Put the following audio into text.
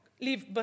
Leave